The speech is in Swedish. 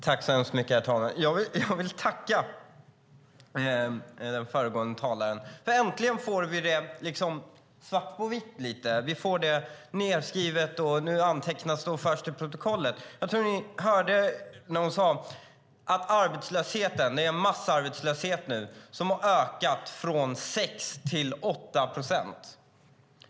Herr talman! Jag vill tacka den föregående talaren. För äntligen får vi det svart på vitt. Vi får det nedskrivet. Nu antecknas det och förs till protokollet. Jag tror att ni hörde när hon sade att det är en massarbetslöshet nu som har ökat från 6 till 8 procent.